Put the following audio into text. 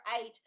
eight